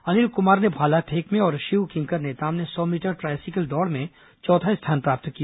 अनिल कुमार ने भाला फेंक में और शिव किंकर नेताम ने सौ मीटर ट्रायसिकल दौड़ में चौथा स्थान प्राप्त किया